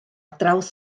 draws